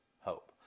hope